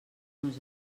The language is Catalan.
nos